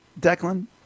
Declan